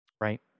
Right